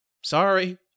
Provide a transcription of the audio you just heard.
Sorry